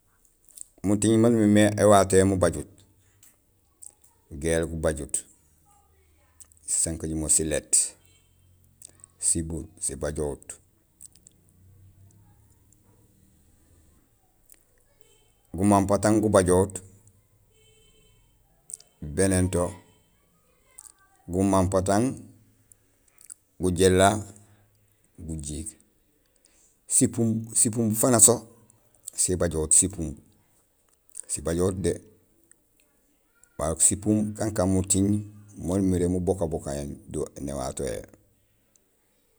Muting maan umimé éwato yé mubajut: géél gubajut, sisankajumo siléét, sibuur sibajohut, gumampatang gubajohut bénéén to gumampatang, gulééla, gujéék, sipumb; sipumb fana so sibajohut; sipumb, sibajohut dé, marok sipumb kankaan muting maan umiré mubokaboka éém do néwato té.